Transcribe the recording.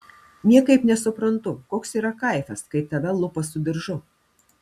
niekaip nesuprantu koks yra kaifas kai tave lupa su diržu